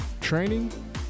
training